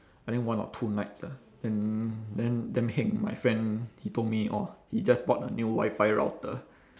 I think one or two nights lah then damn damn heng my friend he told me orh he just bought a new wifi router